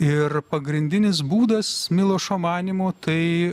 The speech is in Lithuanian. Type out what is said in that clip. ir pagrindinis būdas milošo manymu tai